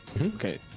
Okay